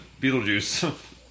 Beetlejuice